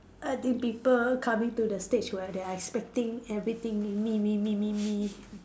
I think people coming to the stage where they are expecting everything me me me me me